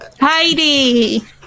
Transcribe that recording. Heidi